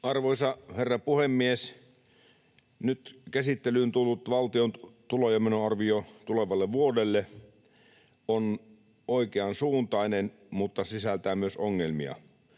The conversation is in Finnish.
Arvoisa herra puhemies! Nyt käsittelyyn tullut valtion tulo- ja menoarvio tulevalle vuodelle on oikeansuuntainen, mutta se sisältää myös ongelmia.